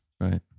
Right